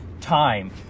time